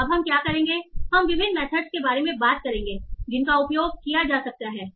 तो अब हम क्या करेंगे हम विभिन्न मेथड के बारे में बात करेंगे जिनका उपयोग किया जा सकता है